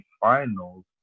finals